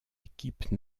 équipe